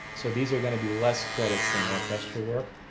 so these are going to be less credits than orchestral work,